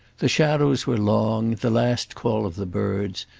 the shadows were long, the last call of the birds,